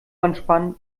anspannen